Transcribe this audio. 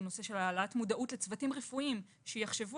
העלאת מודעות לצוותים רפואיים שיחשבו